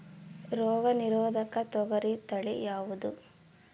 ರೋಗ ನಿರೋಧಕ ತೊಗರಿ ತಳಿ ಯಾವುದು?